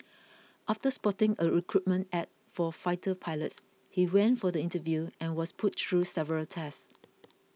after spotting a recruitment ad for fighter pilots he went for the interview and was put through several tests